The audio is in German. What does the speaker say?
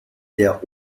der